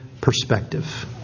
perspective